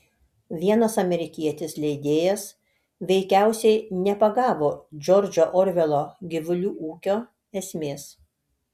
vienas amerikietis leidėjas veikiausiai nepagavo džordžo orvelo gyvulių ūkio esmės